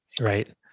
right